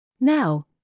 Now